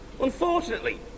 Unfortunately